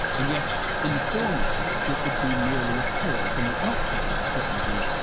and yet in the former case it would be merely a peril from the outside that threatened me,